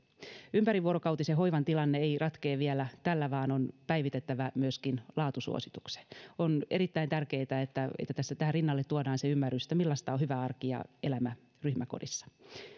ympärivuorokautisen hoivan tilanne ei ratkea vielä tällä vaan on päivitettävä myöskin laatusuositukset on erittäin tärkeää että tähän rinnalle tuodaan ymmärrys siitä millaista on hyvä arki ja elämä ryhmäkodissa